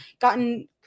gotten